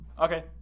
Okay